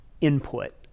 input